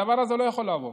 הדבר הזה לא יכול לעבור.